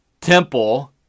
Temple